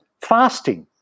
Fasting